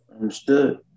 Understood